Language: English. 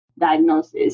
diagnosis